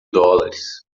dólares